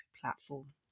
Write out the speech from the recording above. platform